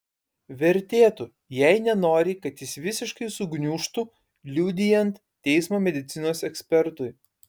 vertėtų jei nenori kad jis visiškai sugniužtų liudijant teismo medicinos ekspertui